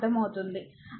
అది